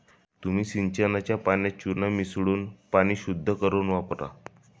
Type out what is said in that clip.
तुम्ही सिंचनाच्या पाण्यात चुना मिसळून पाणी शुद्ध करुन वापरा